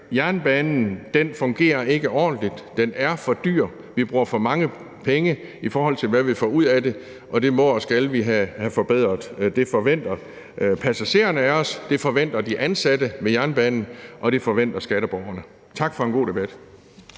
Jernbanen fungerer ikke ordentligt, den er for dyr, vi bruger for mange penge, i forhold til hvad vi får ud af det, og det må og skal vi have forbedret. Det forventer passagererne af os, det forventer de ansatte ved jernbanen, og det forventer skatteborgerne. Tak for en god debat.